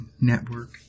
network